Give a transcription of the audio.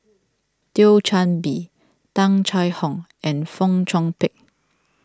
Thio Chan Bee Tung Chye Hong and Fong Chong Pik